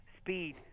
Speed